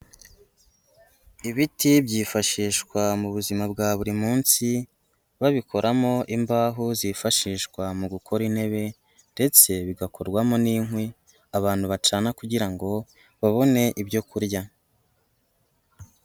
Ibiti byifashishwa mu buzima bwa buri munsi, babikoramo imbaho zifashishwa mu gukora intebe ndetse bigakorwamo n'inkwi, abantu bacana kugira ngo babone ibyo kurya.